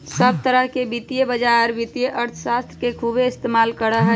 सब तरह के वित्तीय बाजार वित्तीय अर्थशास्त्र के खूब इस्तेमाल करा हई